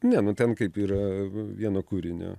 ne nu ten kaip yra vieno kūrinio